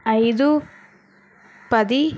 ఐదు పది